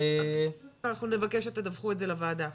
אנחנו נבקש שתדווחו את זה לוועדה.